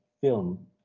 film